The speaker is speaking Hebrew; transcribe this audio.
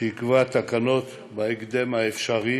שיקבע תקנות בהקדם האפשרי.